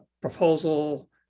proposal